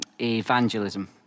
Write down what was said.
evangelism